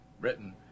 Britain